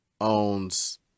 owns